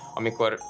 amikor